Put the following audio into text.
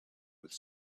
with